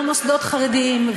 לא מוסדות חרדיים,